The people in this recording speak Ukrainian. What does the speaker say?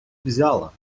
взяла